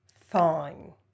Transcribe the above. fine